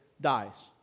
dies